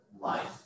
life